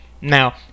now